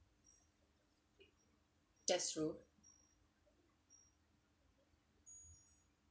that's true